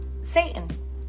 Satan